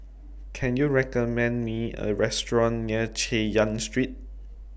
Can YOU recommend Me A Restaurant near Chay Yan Street